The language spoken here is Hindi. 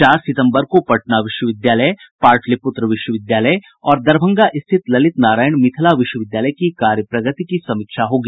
चार सितम्बर को पटना विश्वविद्यालय पाटलिपुत्र विश्वविद्यालय और दरभंगा स्थित ललित नारायण मिथिला विश्वविद्यालय की कार्य प्रगति की समीक्षा होगी